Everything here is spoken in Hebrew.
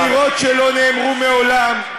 אמירות שלא נאמרו מעולם.